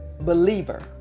believer